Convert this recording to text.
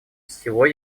всего